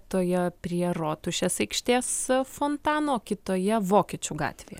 toje prie rotušės aikštės fontano o kitoje vokiečių gatvėje